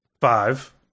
Five